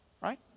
Right